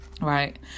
right